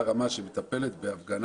ולוועדת הפנים